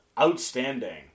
outstanding